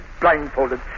blindfolded